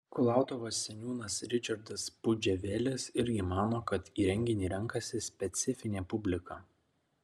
kulautuvos seniūnas ričardas pudževelis irgi mano kad į renginį renkasi specifinė publika